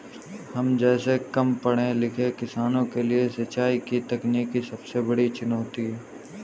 हम जैसै कम पढ़े लिखे किसानों के लिए सिंचाई की तकनीकी सबसे बड़ी चुनौती है